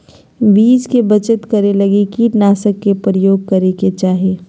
बीज के बचत करै लगी कीटनाशक के प्रयोग करै के चाही